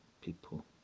people